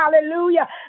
Hallelujah